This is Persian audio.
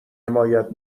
حمایت